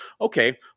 okay